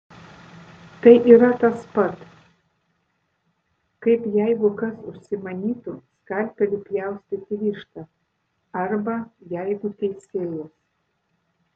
tai yra tas pat kaip jeigu kas užsimanytų skalpeliu pjaustyti vištą arba jeigu teisėjas